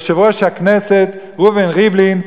יושב-ראש הכנסת ראובן ריבלין,